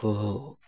ᱠᱚᱦᱚᱸ